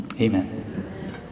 Amen